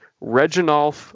Reginald